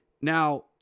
Now